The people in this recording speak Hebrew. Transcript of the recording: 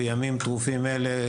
בימים טרופים אלה,